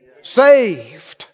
Saved